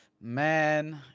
man